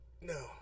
No